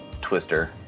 twister